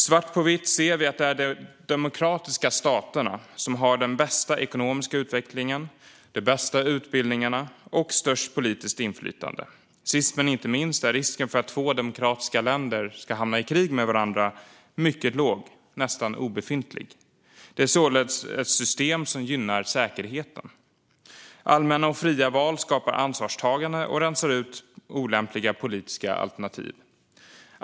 Svart på vitt ser vi att det är de demokratiska staterna som har den bästa ekonomiska utvecklingen, de bästa utbildningarna och störst politiskt inflytande. Sist men inte minst är risken för att två demokratiska länder ska hamna i krig med varandra mycket låg och nästan obefintlig. Det är således ett system som gynnar säkerheten. Allmänna och fria val skapar ansvarstagande och rensar ut olämpliga politiska alternativ.